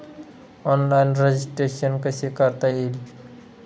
Online registration कसे करता येईल?